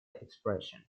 expression